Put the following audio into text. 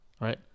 right